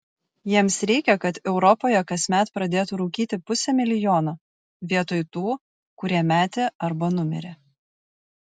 jiems reikia kad europoje kasmet pradėtų rūkyti pusė milijono vietoj tų kurie metė arba numirė